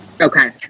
Okay